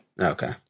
Okay